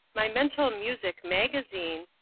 my mental music magazine,